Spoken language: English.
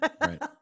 Right